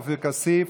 עופר כסיף